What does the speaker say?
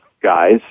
guys